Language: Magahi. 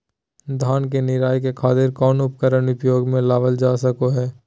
धान के निराई के खातिर कौन उपकरण उपयोग मे लावल जा सको हय?